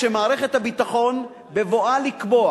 שמערכת הביטחון, בבואה לקבוע